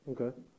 Okay